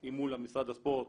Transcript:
אל מול משרד הספורט